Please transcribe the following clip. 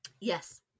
yes